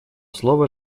слово